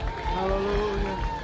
Hallelujah